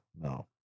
no